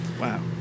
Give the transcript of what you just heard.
Wow